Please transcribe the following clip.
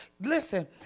listen